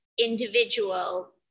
individual